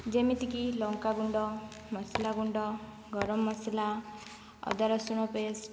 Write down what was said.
ଯେମିତିକି ଲଙ୍କାଗୁଣ୍ଡ ମସଲାଗୁଣ୍ଡ ଗରମ ମସଲା ଅଦା ରସୁଣ ପେଷ୍ଟ